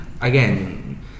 again